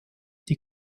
die